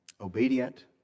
obedient